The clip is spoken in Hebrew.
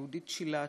יהודית שילת,